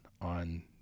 on